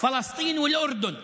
פלסטין וירדן.